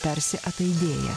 tarsi ataidėja